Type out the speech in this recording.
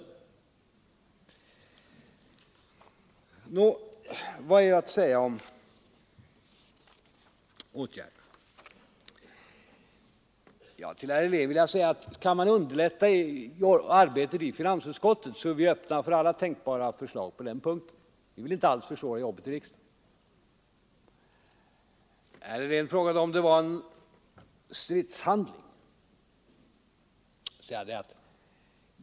Nå, vad är att säga om åtgärderna? Till herr Helén vill jag säga att kan man underlätta arbetet i finansutskottet, så är vi öppna för alla tänkbara förslag på den punkten. Vi vill inte alls försvåra jobbet i riksdagen. Herr Helén frågade om det var en stridshandling.